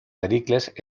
pericles